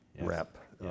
rep